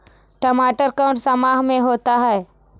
टमाटर कौन सा माह में होता है?